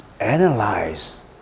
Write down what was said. analyze